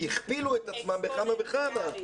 הכפילו את עצמם בכמה וכמה.